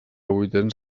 vuitens